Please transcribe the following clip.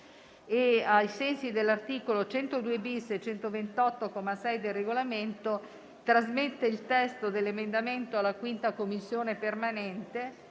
Ai sensi degli articoli 102-*bis* e 128, comma 6, del Regolamento, trasmette il testo dell'emendamento alla 5a Commissione permanente,